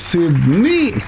Sydney